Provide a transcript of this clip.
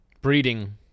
breeding